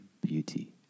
beauty